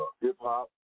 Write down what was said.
hip-hop